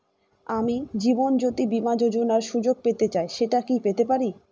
আমি জীবনয্যোতি বীমা যোযোনার সুযোগ পেতে চাই সেটা কি পেতে পারি?